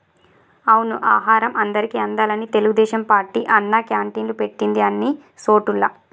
అవును ఆహారం అందరికి అందాలని తెలుగుదేశం పార్టీ అన్నా క్యాంటీన్లు పెట్టింది అన్ని సోటుల్లా